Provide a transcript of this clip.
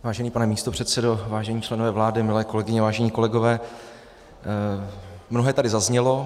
Vážený pane místopředsedo, vážení členové vlády, milé kolegyně, vážení kolegové, mnohé tady zaznělo.